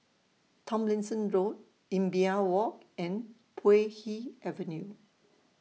Tomlinson Road Imbiah Walk and Puay Hee Avenue